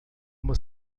uma